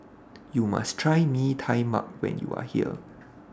YOU must Try Mee Tai Mak when YOU Are here